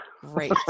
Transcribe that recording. Great